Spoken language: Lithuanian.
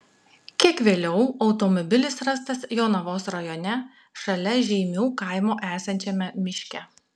kiek vėliau automobilis rastas jonavos rajone šalia žeimių kaimo esančiame miške